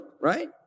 right